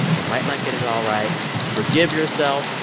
you might not get it all right. forgive yourself.